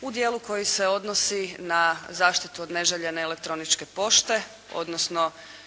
u dijelu koji se odnosi na zaštitu od neželjene elektroničke pošte odnosno